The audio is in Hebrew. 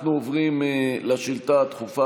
לא צעקתי